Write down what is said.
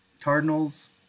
Cardinals